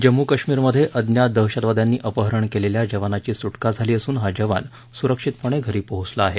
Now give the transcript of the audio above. जम्मू काश्मीरमध्ये अज्ञात दहशवाद्यांनी अपहरण केलेल्या जवानाची सुटका झाली असून हा जवान सुरक्षितपणे घरी पोहोचला आहे